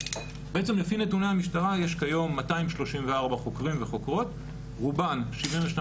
בעצם לפי נתוני המשטרה יש כיום 234 חוקרים וחוקרות רובם 72